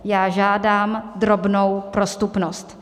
Já žádám drobnou prostupnost.